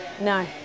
no